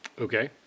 Okay